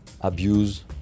abuse